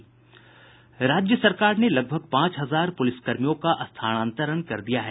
राज्य सरकार ने लगभग पांच हजार पुलिस कर्मियों का स्थानांतरण कर दिया है